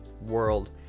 world